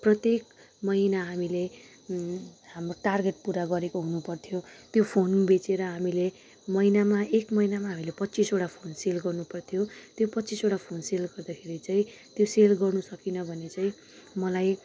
प्रत्येक महिना हामीले हाम्रो टार्गेट पुरा गरेको हुनुपर्थ्यो त्यो फोन बेचेर हामीले महिनामा एक महिनामा हामीले पच्चिसवटा फोन सेल गर्नुपर्थ्यो त्यो पच्चिसवटा फोन सेल गर्दाखेरि चाहिँ त्यो सेल गर्नु सकिनँ भने चाहिँ मलाई